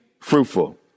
fruitful